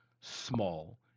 small